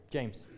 James